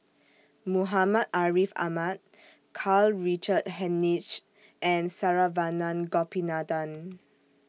Muhammad Ariff Ahmad Karl Richard Hanitsch and Saravanan Gopinathan